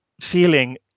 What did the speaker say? feeling